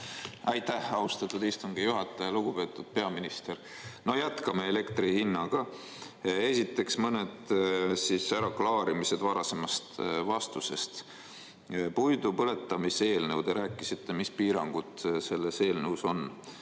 Aitäh, austatud istungi juhataja! Lugupeetud peaminister! No jätkame elektri hinnaga. Esiteks mõned äraklaarimised varasema vastuse kohta. Puidu põletamise eelnõu – te rääkisite, mis piiranguid selles eelnõus on.